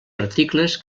articles